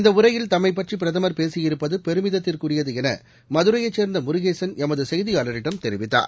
இந்தஉரையில் தம்மைபற்றிபிரதமர் பேசியிருப்பதுபெருமிதத்திற்குரியதுஎனமதுரையைசேர்ந்தமுருகேசன் எமதுசெய்தியாளரிடம் தெரிவித்தார்